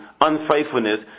unfaithfulness